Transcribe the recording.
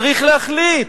צריך להחליט.